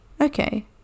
Okay